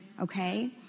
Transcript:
Okay